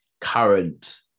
current